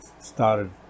started